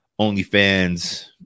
OnlyFans